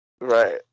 Right